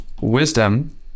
wisdom